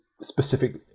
specific